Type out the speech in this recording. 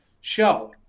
show